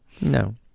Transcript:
No